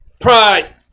Pride